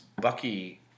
Bucky